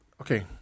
okay